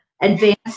advanced